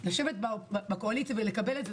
לשבת בקואליציה ולקבל את זה,